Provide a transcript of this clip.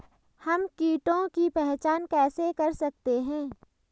हम कीटों की पहचान कैसे कर सकते हैं?